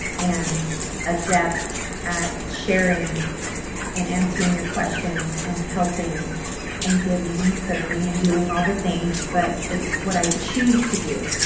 and adept at sharing and answering your questions and helping and giving and serving and doing all the things but it's what i choose to do.